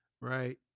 right